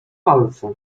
palce